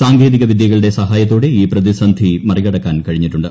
സാങ്കേതികവിദ്യകളുടെ സഹായത്തോടെ ഈ പ്രതിസന്ധി മറികടക്കാൻ കഴിഞ്ഞിട്ടുണ്ട്